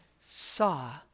saw